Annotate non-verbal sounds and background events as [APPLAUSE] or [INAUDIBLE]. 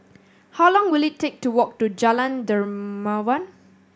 [NOISE] how long will it take to walk to Jalan Dermawan